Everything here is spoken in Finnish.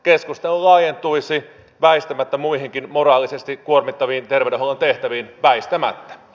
keskustelu laajentuisi väistämättä muihinkin moraalisesti kuormittaviin terveydenhuollon tehtäviin väistämättä